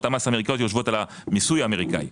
המס האמריקאיות יושבות על המיסוי האמריקאי.